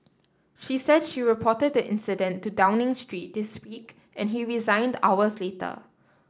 she said she reported the incident to Downing Street this week and he resigned hours later